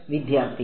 വിദ്യാർത്ഥി 0